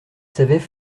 savaient